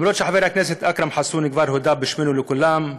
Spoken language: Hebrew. אף שחבר הכנסת אכרם חסון כבר הודה בשמנו לכולם,